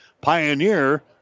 Pioneer